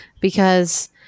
because-